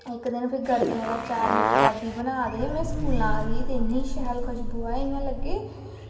ते इक्क दिन फिर गरगलें दा अचार मेरी दादी बना दे ते बना दी इन्नी शैल खुश्बू आए ते लग्गे